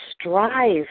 strive